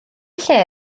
lle